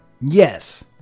Yes